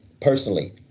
personally